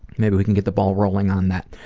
maybe we can get the ball rolling on that.